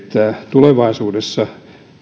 tulevaisuudessa